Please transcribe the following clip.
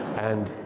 and